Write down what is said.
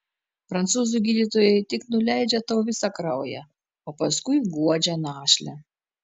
prancūzų gydytojai tik nuleidžia tau visą kraują o paskui guodžia našlę